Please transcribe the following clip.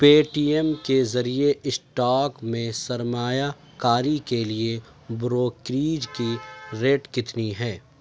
پے T M کے ذریعے stock میں سرمایہ کاری کے لیے بروکریج کی ریٹ کتنی ہے